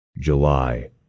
July